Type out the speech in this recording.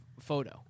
photo